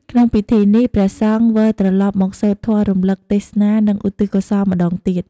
ក្នុងពិធីនេះ ព្រះសង្ឃវិលត្រឡប់មកសូត្រធម៌រលឹក ទេសនា និង ឧទ្ទិសកុសលម្ដងទៀត។